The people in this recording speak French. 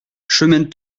chemin